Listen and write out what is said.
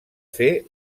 fer